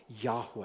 Yahweh